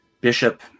Bishop